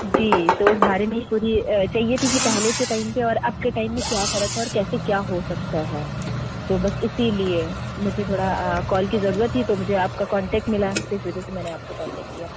जी तो उस बारे में ही पूरी चाहिए थी कि पहले के टाइम पर और अब के टाइम में क्या फ़र्क़ है और कैसे क्या हो सकता है तो बस इसीलिए मुझे थोड़ा कॉल की ज़रूरत थी तो मुझे आपका कॉन्टैक्ट मिला तो इस वजह से मैंने आपसे कॉन्टैक्ट किया